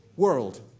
world